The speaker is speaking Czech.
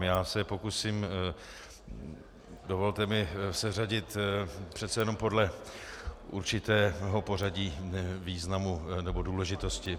Já se je pokusím, dovolte mi, seřadit podle určitého pořadí významu nebo důležitosti.